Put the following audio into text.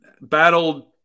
battled